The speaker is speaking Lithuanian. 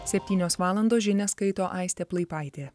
septynios valandos žinias skaito aistė plaipaitė